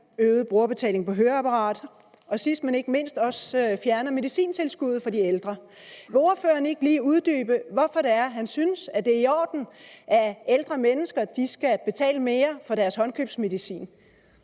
øget brugerbetaling på høreapparat og sidst, men ikke mindst, også fjerner medicintilskuddet fra de ældre? Vil ordføreren ikke lige uddybe, hvorfor han synes, det er i orden, at ældre mennesker skal betale mere for deres håndkøbsmedicin?